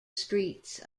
streets